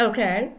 Okay